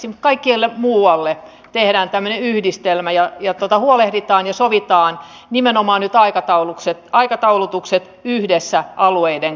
mutta kaikkialle muualle tehdään tämmöinen yhdistelmä ja huolehditaan ja sovitaan nimenomaan nyt aikataulutukset yhdessä alueiden kanssa